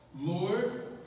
Lord